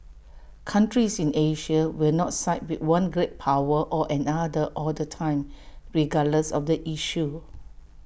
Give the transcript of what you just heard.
countries in Asia will not side with one great power or another all the time regardless of the issue